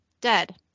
dead